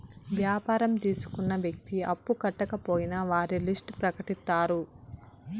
వ్యాపారం తీసుకున్న వ్యక్తి అప్పు కట్టకపోయినా వారి లిస్ట్ ప్రకటిత్తారు